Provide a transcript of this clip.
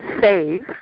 save